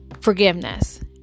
forgiveness